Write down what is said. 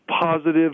positive